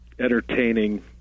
entertaining